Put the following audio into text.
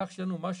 כך יהיה לנו משהו,